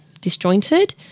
disjointed